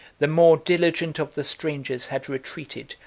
the more diligent of the strangers had retreated,